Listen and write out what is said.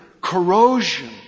corrosion